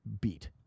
beat